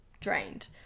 drained